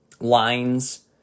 lines